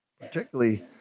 Particularly